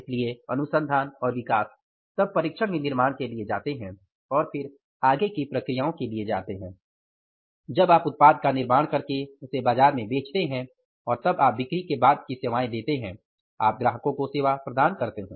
इसलिए अनुसंधान और विकास तब परीक्षण विनिर्माण के लिए जाते हैं और फिर आगे की प्रक्रियाओं के लिए जाते हैं जब आप उत्पाद का निर्माण करके उसे बाजार में बेचते हैं और तब आप बिक्री के बाद की सेवाएं देतें हैं आप ग्राहकों को सेवा प्रदान करते हैं